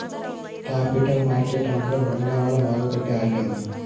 capital market ಅಂದ್ರ ಬಂಡವಾಳ ಮಾರುಕಟ್ಟೆ ಆಗ್ಯಾದ